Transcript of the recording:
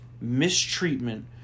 mistreatment